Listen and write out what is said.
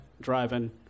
driving